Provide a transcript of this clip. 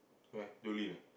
where